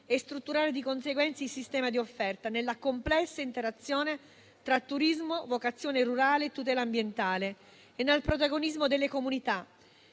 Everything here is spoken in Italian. di strutturare di conseguenza il sistema di offerta, nella complessa interazione tra turismo, vocazione rurale e tutela ambientale e nel protagonismo delle comunità.